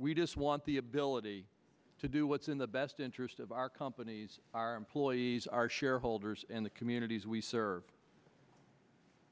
we just want the ability to do what's in the best interest of our companies our employees our shareholders and the communities we serve